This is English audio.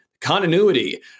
Continuity